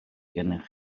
gennych